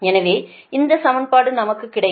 எனவே இந்த சமன்பாடு நமக்கு கிடைக்கும்